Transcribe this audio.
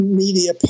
media